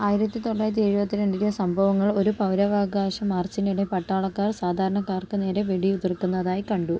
ആയിരത്തി തൊള്ളായിരത്തി എഴുപത്തി രണ്ടിലെ സംഭവങ്ങൾ ഒരു പൗരവകാശ മാർച്ചിനിടെ പട്ടാളക്കാർ സാധാരണക്കാർക്ക് നേരെ വെടി ഉതിർക്കുന്നതായി കണ്ടു